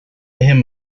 him